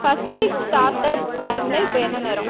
Pacific standard டைமில் இப்போ என்ன நேரம்